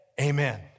amen